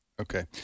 Okay